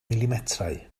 milimetrau